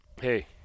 hey